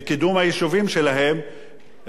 הם מתעסקים בזה שהם באים לפה